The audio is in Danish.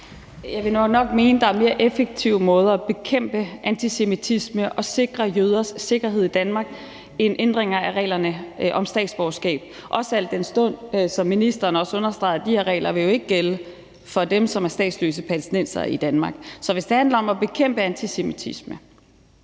Jeg vil nu nok mene, at der er mere effektive måder at bekæmpe antisemitisme og sikre jøders sikkerhed i Danmark på end ændringer af reglerne om statsborgerskab, også al den stund, som ministeren også understregede, de her regler jo ikke vil gælde for dem, som er statsløse palæstinensere i Danmark. Så hvis det handler om at bekæmpe antisemitisme